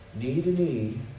knee-to-knee